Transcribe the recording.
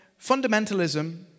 fundamentalism